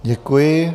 Děkuji.